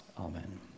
Amen